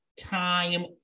time